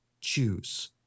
choose